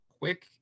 quick